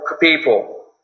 people